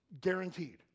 Guaranteed